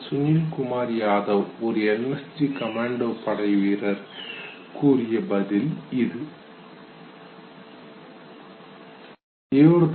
சுனில் குமார் யாதவ் ஒரு NSG commando படைவீரர் கூறிய பதில் இது